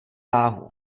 váhu